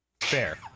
Fair